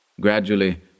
Gradually